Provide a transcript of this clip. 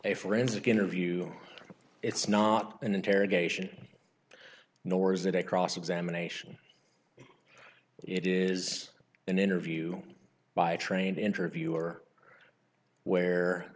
a forensic interview it's not an interrogation nor is it a cross examination it is an interview by a trained interviewer where